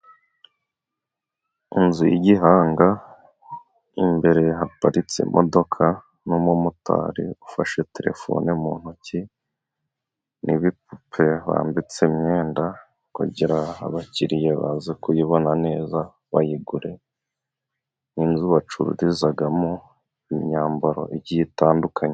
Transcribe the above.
Inzu y'igihanga imbere haparitse imodoka ,n'umumotari ufashe telefone mu ntoki ,n'ibipupe bambitse imyenda, kugira abakiriya baze kuyibona neza bayigure, n'inzu bacururizamo imyambaro igiye itandukanye.